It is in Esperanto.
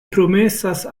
promesas